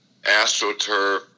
AstroTurf